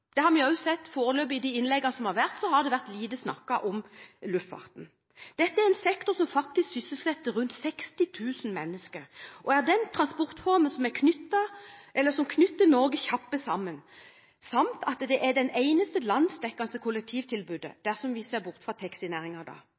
behandlet. Vi har også sett det i de innleggene som har vært foreløpig, at man har snakket lite om luftfarten. Dette er en sektor som faktisk sysselsetter rundt 60 000 mennesker, det er den transportformen som knytter Norge kjappest sammen, og det er det eneste landsdekkende kollektivtilbudet – dersom man ser bort fra